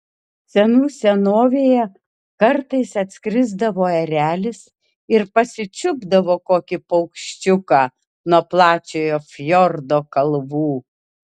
senų senovėje kartais atskrisdavo erelis ir pasičiupdavo kokį paukščiuką nuo plačiojo fjordo kalvų